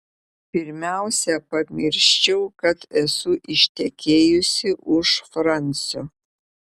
pirmiausia pamirščiau kad esu ištekėjusi už fransio